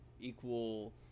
equal